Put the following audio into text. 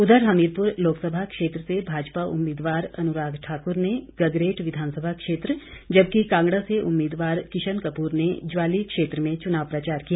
उधर हमीरपुर लोकसभा क्षेत्र से भाजपा उम्मीदवार अनुराग ठाकुर ने गगरेट विधानसभा क्षेत्र जबकि कांगड़ा से उम्मीदवार किशन कपूर ने ज्वाली क्षेत्र में चुनाव प्रचार किया